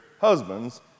husbands